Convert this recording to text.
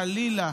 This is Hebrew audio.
חלילה,